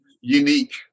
unique